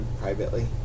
privately